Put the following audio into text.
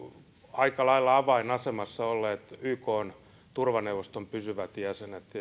aika lailla avainasemassa olleet ykn turvaneuvoston pysyvät jäsenet